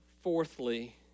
Fourthly